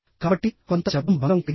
కాబట్టి కొంత శబ్దం భంగం కలిగింది